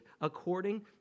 according